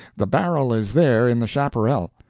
the barrel is there in the chaparral,